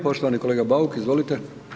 Poštovani kolega Bauk, izvolite.